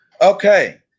Okay